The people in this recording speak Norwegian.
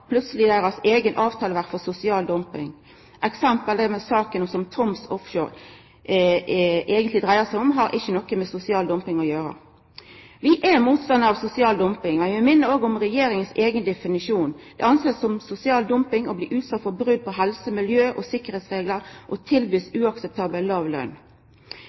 avtaleverk som sosial dumping. Eit eksempel er saka med Troms Offshore, som eigentleg ikkje har noko med sosial dumping å gjera. Vi er motstandarar av sosial dumping, men vi minner om Regjeringas eigen definisjon: «Det anses som sosial dumping hvis arbeidstakere utsettes for brudd på helse-, miljø-, og sikkerhetsregler og tilbys